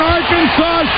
Arkansas